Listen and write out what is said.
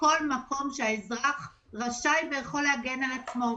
כל מקום שהאזרח רשאי ויכול להגן על עצמו,